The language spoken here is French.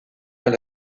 dans